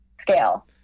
scale